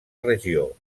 regió